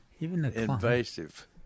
invasive